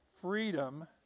freedom